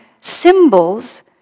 symbols